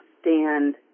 stand